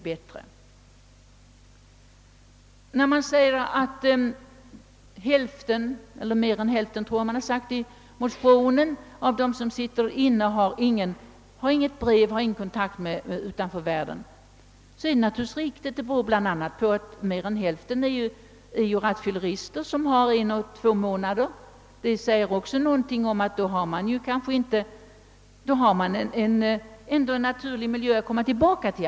När motionerna säger, att mer än hälften av dem som sitter inne inte genom brev eller besök får kontakter med yttervärlden, är detta naturligtvis riktigt. Men det beror bl.a. på att mer än hälften av de intagna är rattfyllerister, som har eti straff på en eller två månader; de har i allmänhet en naturlig miljö att komma tillbaka till.